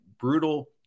brutal